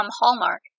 Hallmark